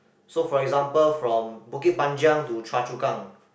so for example from Bukit-Panjang to Chua-Chu-Kang